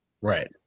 Right